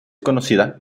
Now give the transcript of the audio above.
conocida